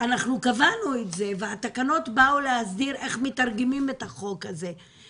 קבענו את זה והתקנות באו להסדיר איך מתרגמים את החוק הזה.